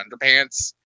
Underpants